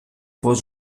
πώς